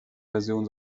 version